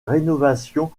rénovation